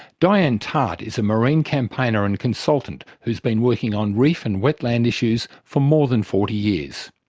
diane tarte is a marine campaigner and consultant who's been working on reef and wetland issues for more than forty years.